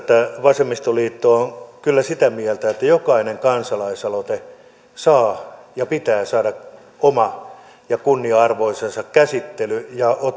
vasemmistoliitto on kyllä sitä mieltä että jokainen kansalaisaloite saa ja sen pitää saada oma ja kunnianarvoisensa käsittely ja pitää ottaa